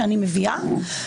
שאני מביאה,